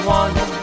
one